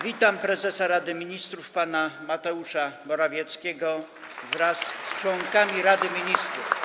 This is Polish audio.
Witam prezesa Rady Ministrów pana Mateusza Morawieckiego wraz z członkami Rady Ministrów.